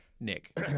nick